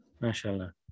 Mashallah